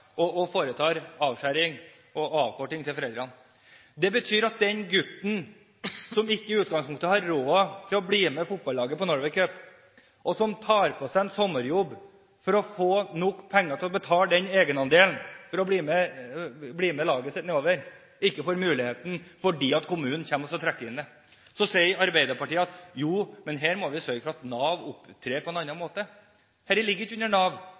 grensen, og foretar avkorting i foreldrenes sosialhjelp. Det betyr at den gutten som i utgangspunktet ikke har råd til å bli med fotballaget på Norway Cup, og som tar seg en sommerjobb for å få nok penger til å betale egenandelen for å bli med laget sitt, ikke får muligheten fordi kommunen trekker skatt av inntekten. Så sier Arbeiderpartiet at her må vi sørge for at Nav opptrer på en annen måte. Dette ligger ikke under Nav,